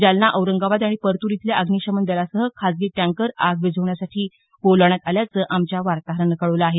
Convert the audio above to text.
जालना औरंगाबाद आणि परतूर इथल्या अग्निशमन दलासह खासगी टँकर आग विझवण्यासाठी बोलावण्यात आल्याचं आमच्या वार्ताहरानं कळवलं आहे